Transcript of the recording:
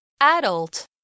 adult